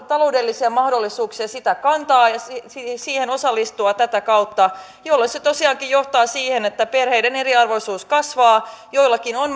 taloudellisia mahdollisuuksia sitä kantaa ja siihen osallistua tätä kautta jolloin se tosiaankin johtaa siihen että perheiden eriarvoisuus kasvaa joillakin on